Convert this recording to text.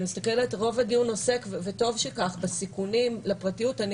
רוב הדיון עוסק בסיכונים לפרטיות, וטוב שכך.